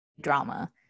drama